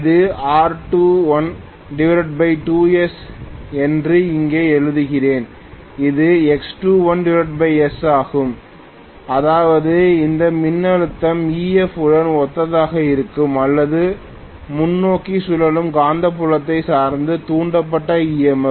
இது R212s என்று இங்கே எழுதுகிறேன் இது X21s ஆகும் அதாவது இந்த மின்னழுத்தம் Ef உடன் ஒத்ததாக இருக்கும் அல்லது முன்னோக்கி சுழலும் காந்தப்புலத்தை சார்ந்த தூண்டப்பட்ட EMF